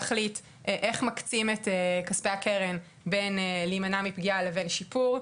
יש להחליט איך מקצים את כספי הקרן בין להימנע מפגיעה לבין שיפור,